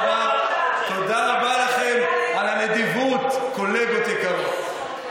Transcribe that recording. תודה רבה לכם על הנדיבות, קולגות יקרות.